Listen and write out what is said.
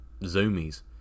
zoomies